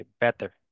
better